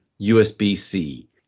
USB-C